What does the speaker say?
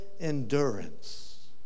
endurance